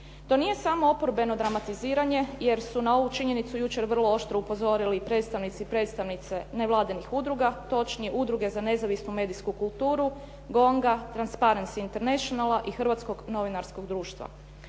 To nije samo oporbeno dramatiziranje, jer su na ovu činjenicu jučer vrlo oštro upozorili predstavnici i predstavnice nevladinih udruga, točnije Udruge za nezavisnu medijsku kulturu, GONG-a, transparens internationala, i Hrvatskog novinarskog društva.